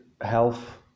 health